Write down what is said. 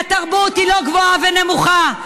כי התרבות היא לא גבוהה ונמוכה.